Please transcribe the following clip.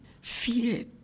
fear